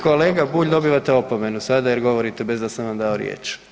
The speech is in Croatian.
Kolega Bulj, dobivate opomenu sada jer govorite bez da sam dao riječ.